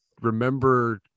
remember